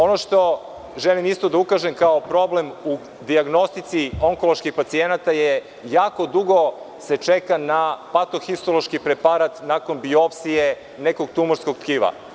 Ono što želim isto da ukažem kao problem u dijagnostici onkoloških pacijenata je da se jako dugo čeka na pato-histološki preparat nakon biopsije nekog tumorskog tkiva.